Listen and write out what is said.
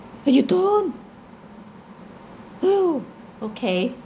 oh you don't oh okay